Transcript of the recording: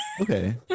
Okay